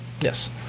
Yes